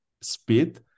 speed